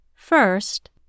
First